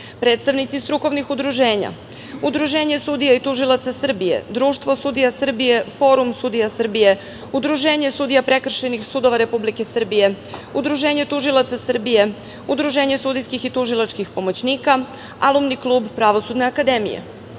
predstavnici strukovnih udruženja, Udruženje sudija i tužilaca Srbije, Društvo sudija Srbije, Forum sudija Srbije, Udruženje sudija prekršajnih sudova Republike Srbije, Udruženje tužilaca Srbije, Udruženje sudijskih i tužilačkih pomoćnika, Alumni klub Pravosudne akademije,